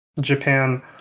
Japan